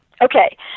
Okay